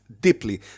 deeply